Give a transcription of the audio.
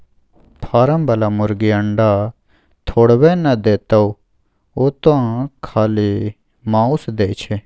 form बला मुरगी अंडा थोड़बै न देतोउ ओ तँ खाली माउस दै छै